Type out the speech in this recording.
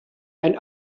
and